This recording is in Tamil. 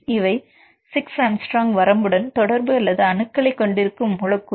இவை 6 A வரம்புடன் தொடர்பு அல்லது அணுக்களைக் கொண்டிருக்கும் மூலக்கூறுகள